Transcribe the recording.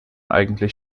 eigentlich